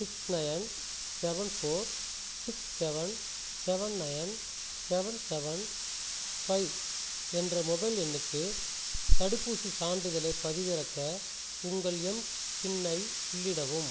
six nine seven four six seven seven nine seven seven five என்ற mobile எண்ணுக்கு தடுப்பூசிச் சான்றிதழைப் பதிவிறக்க உங்கள் எம்பின்ஐ உள்ளிடவும்